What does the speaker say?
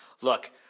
Look